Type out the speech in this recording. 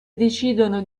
decidono